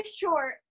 short